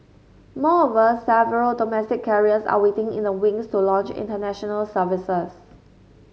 moreover several domestic carriers are waiting in the wings to launch International Services